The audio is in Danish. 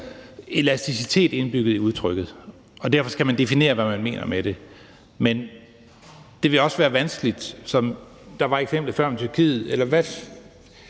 elasticitet indbygget i udtrykket, og derfor skal man definere, hvad man mener med det. Men det kan også være vanskeligt. Der var før eksemplet med Tyrkiet, og vi har